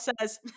says